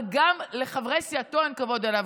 אבל גם לחברי סיעתו אין כבוד אליו,